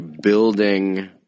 building